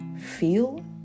feel